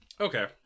Okay